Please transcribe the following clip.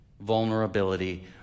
vulnerability